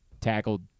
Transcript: tackled